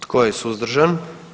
Tko je suzdržan?